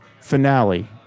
finale